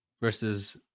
versus